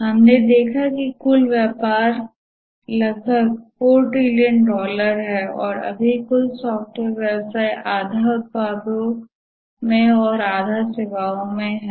हमने देखा है कि कुल व्यापार लगभग 4 ट्रिलियन डॉलर है और अभी कुल सॉफ्टवेयर व्यवसाय आधा उत्पादों में और आधा सेवाओं में है